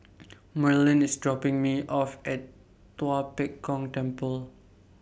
Merlyn IS dropping Me off At Tua Pek Kong Temple